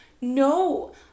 no